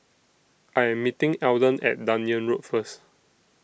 I Am meeting Alden At Dunearn Road First